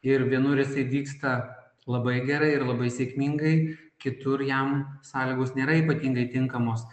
ir vienur jisai dygsta labai gerai ir labai sėkmingai kitur jam sąlygos nėra ypatingai tinkamos